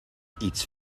iets